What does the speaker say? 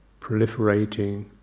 proliferating